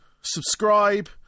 subscribe